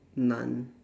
none